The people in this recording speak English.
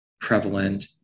prevalent